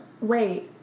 Wait